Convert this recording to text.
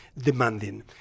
demanding